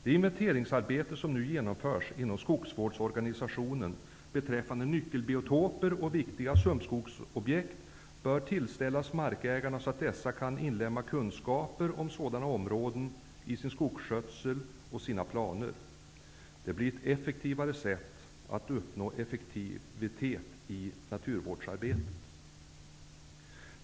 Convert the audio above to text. Det inventeringsarbete som nu genomförs inom skogsvårdsorganisationen beträffande nyckelbiotoper och viktiga sumpskogsprojekt bör tillställas markägarna så att dessa kan inlemma kunskaper om sådana områden i sin skogsskötsel och i sina planer. Detta blir ett effektivare sätt att uppnå effektivitet i naturvårdsarbetet.